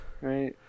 right